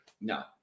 No